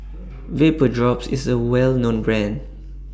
Vapodrops IS A Well known Brand